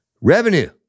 revenue